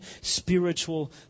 spiritual